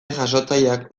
jasotzaileak